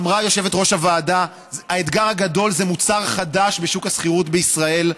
אמרה יושבת-ראש הוועדה: האתגר הגדול זה מוצר חדש בשוק השכירות בישראל,